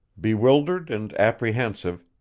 bewildered and apprehensive,